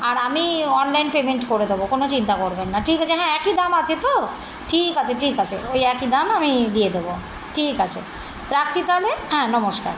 আর আমি online payment করে দেবো কোনো চিন্তা করবেন না ঠিক আছে হ্যাঁ একই দাম আছে তো ঠিক আছে ঠিক আছে ওই একই দাম আমি দিয়ে দেবো ঠিক আছে রাখছি তাহলে হ্যাঁ নমস্কার